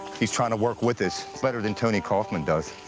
he's trying to work with us. better than tony coffman does.